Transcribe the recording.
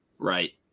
right